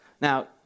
Now